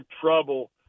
trouble